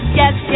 yes